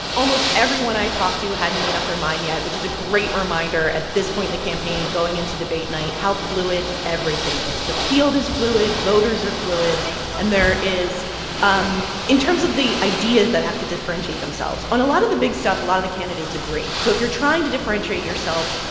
almost everyone i talked to hadn't made up their mind yet, which is a great reminder at this point in the campaign, going into debate night, how fluid everything is. the field is fluid. voters are fluid and there is um in terms of the ideas that have to differentiate themselves, on a lot of the big stuff, a lot of the candidates agree. so if you're trying to differentiate yourself,